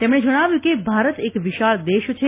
તેમણે જણાવ્યું કે ભારત એક વિશાળ દેશ છે